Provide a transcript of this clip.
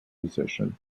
musician